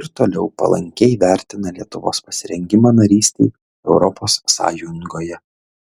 ir toliau palankiai vertina lietuvos pasirengimą narystei europos sąjungoje